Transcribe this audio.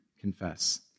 confess